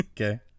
Okay